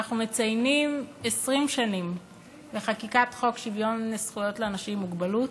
ואנחנו מציינים 20 שנים לחקיקת חוק שוויון זכויות לאנשים עם מוגבלות.